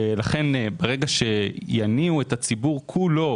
ולכן ברגע שיניעו את הציבור כולו